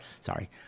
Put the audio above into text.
sorry